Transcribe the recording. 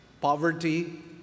poverty